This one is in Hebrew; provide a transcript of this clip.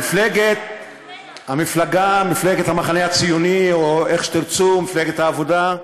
מפלגת המחנה הציוני, או איך שתרצו, מפלגת העבודה,